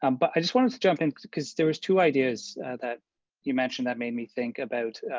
um but i just want us to jump in cause there was two ideas that you mentioned that made me think about,